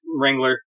wrangler